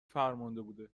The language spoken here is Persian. فرمانده